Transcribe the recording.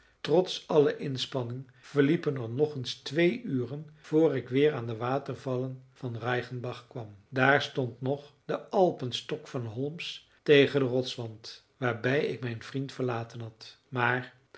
trots alle inspanning verliepen er nog eens twee uren voor ik weer aan de watervallen van reichenbach kwam daar stond nog de alpenstok van holmes tegen den rotswand waarbij ik mijn vriend verlaten had maar